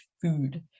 food